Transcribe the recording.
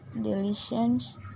delicious